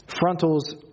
Frontals